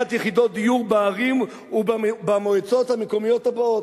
יחידות דיור בערים ובמועצות המקומיות הבאות.